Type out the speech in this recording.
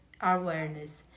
awareness